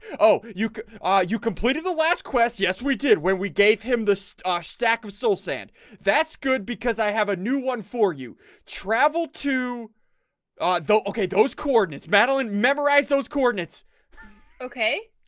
oh you could ah you completed the last quest yes, we did when we gave him the so ah stack of soul sand that's good because i have a new one for you travel to ah okay, those coordinates madeline memorize those coordinates okay,